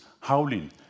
howling